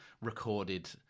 recorded